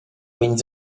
vegn